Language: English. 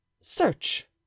search